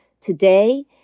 today